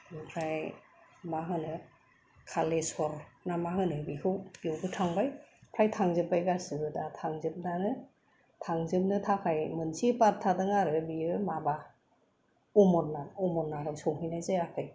ओमफ्राय मा होनो कालेस्वर ना मा होनो बेखौ बेयावबो थांबाय फ्राय थांजोब्बाय गासैबो दा थांजोबनानै थांजोबनो थाखाय मोनसे बार थादों आरो बेयो माबा अमरनाथ अमरनाथाव सहैनाय जायाखै